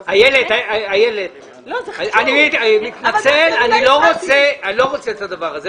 איילת, אני מתנצל אבל אני לא רוצה את הדבר הזה.